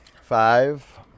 Five